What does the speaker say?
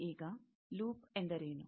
ಈಗ ಲೂಪ್ ಎಂದರೇನು